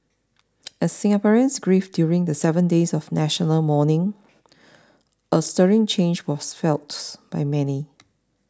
as Singaporeans grieved during the seven days of national mourning a stirring change was felt by many